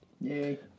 Yay